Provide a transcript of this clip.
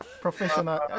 professional